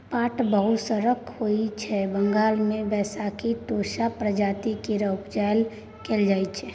पाट बहुत तरहक होइ छै बंगाल मे बैशाखी टोसा प्रजाति केर उपजा कएल जाइ छै